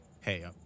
hey